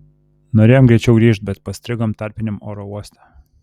norėjom greičiau grįžt bet pastrigom tarpiniam oro uoste